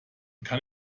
kann